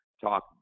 talk